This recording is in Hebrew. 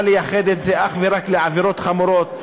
לייחד את זה אך ורק לעבירות חמורות.